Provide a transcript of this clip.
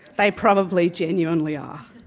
they probably genuinely are.